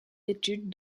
études